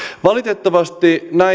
valitettavasti